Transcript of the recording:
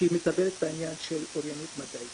שהיא מטפלת בעניין של אוריינות מדעית